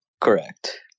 correct